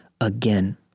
again